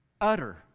utter